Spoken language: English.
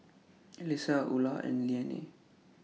Alyssia Ula and Leanne